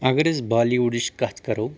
اگر أسۍ بالی وُڈٕچ کتھ کرو